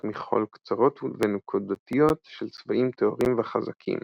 מכחול קצרות ונקודתיות של צבעים טהורים וחזקים,